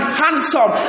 handsome